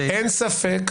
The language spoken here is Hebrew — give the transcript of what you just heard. אין ספק